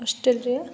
Australia